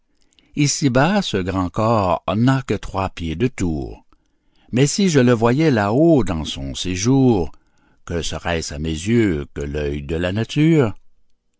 ici-bas ce grand corps n'a que trois pieds de tour mais si je le voyais là-haut dans son séjour que serait-ce à mes yeux que l'œil de la nature